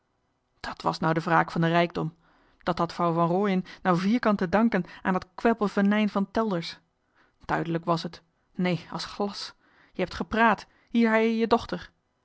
dat was nou de wraak van de rijkdom dat had vrouw van rooien nou vierkant te danken aan dat kwebbelvenijn van telders duidelijk was het nee a's glas je hebt gepraat hier hei'je je dochter